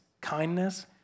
kindness